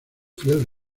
fiel